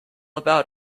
about